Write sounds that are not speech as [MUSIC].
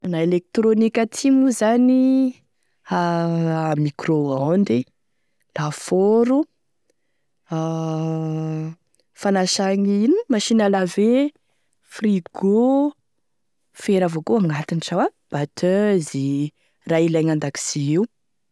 E karazany e fitaovagny électronique toa zany: a micro-ondes, lafaoro, [HESITATION] fanasagny ino moa machine à laver, frigo, fera avao koa agnatiny sa hoa, batteuse, raha ilaigny an-dakozia io.